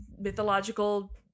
mythological